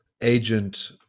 agent